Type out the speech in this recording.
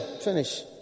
Finish